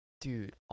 Dude